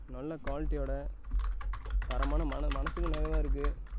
நல்ல குவாலிட்டியோடு தரமான மன மனதுக்கும் நிறைவா இருக்குது